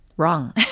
wrong